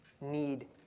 need